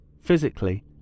Physically